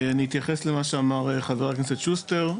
אני אתייחס למה שאמר חה"כ שוסטר,